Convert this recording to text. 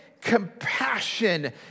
compassion